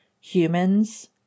humans